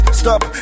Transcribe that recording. stop